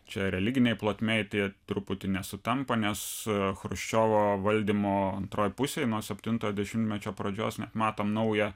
čia religinėj plotmėj tai truputį nesutampa su chruščiovo valdymo antroj pusėj nuo septintojo dešimtmečio pradžios matome naują